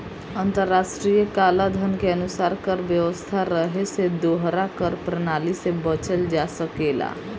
अंतर्राष्ट्रीय कलाधन के अनुसार कर व्यवस्था रहे से दोहरा कर प्रणाली से बचल जा सकेला